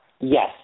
Yes